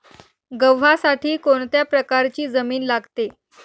गव्हासाठी कोणत्या प्रकारची जमीन लागते?